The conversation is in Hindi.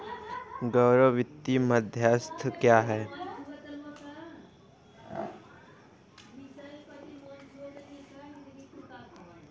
गैर वित्तीय मध्यस्थ क्या हैं?